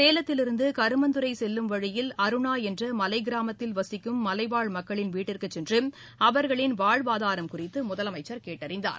சேலத்திலிருந்து கருமந்துறை செல்லும் வழியில் அருணா என்ற மலை கிராமத்தில் வசிக்கும் மலைவாழ் மக்களின் வீட்டிற்கு சென்று அவர்களின் வாழ்வாதாரம் குறித்து முதலமைச்சர் கேட்டறிந்தார்